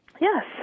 Yes